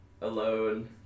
Alone